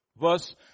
Verse